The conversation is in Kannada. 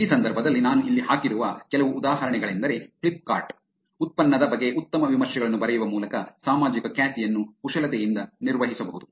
ಈ ಸಂದರ್ಭದಲ್ಲಿ ನಾನು ಇಲ್ಲಿ ಹಾಕಿರುವ ಕೆಲವು ಉದಾಹರಣೆಗಳೆಂದರೆ ಫ್ಲಿಪ್ಕಾರ್ಟ್ ಉತ್ಪನ್ನದ ಬಗ್ಗೆ ಉತ್ತಮ ವಿಮರ್ಶೆಗಳನ್ನು ಬರೆಯುವ ಮೂಲಕ ಸಾಮಾಜಿಕ ಖ್ಯಾತಿಯನ್ನು ಕುಶಲತೆಯಿಂದ ನಿರ್ವಹಿಸಬಹುದು